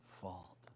fault